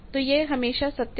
तो यह हमेशा सत्य है